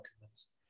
documents